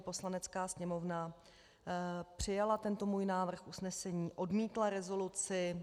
Poslanecká sněmovna přijala tento můj návrh usnesení, odmítla rezoluci.